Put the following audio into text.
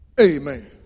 Amen